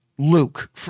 Luke